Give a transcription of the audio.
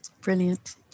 Brilliant